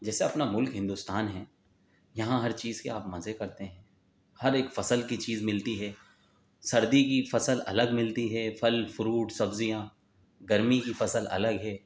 جیسے اپنا ملک ہندوستان ہے یہاں ہر چیز کے آپ مزے کرتے ہیں ہر ایک فصل کی چیز ملتی ہے سردی کی فصل الگ ملتی ہے پھل فروٹ سبزیاں گرمی کی فصل الگ ہے